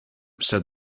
said